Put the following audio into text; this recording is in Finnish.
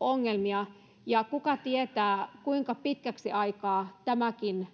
ongelmia ja kuka tietää kuinka pitkäksi aikaa tämäkin